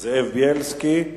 זאב בילסקי.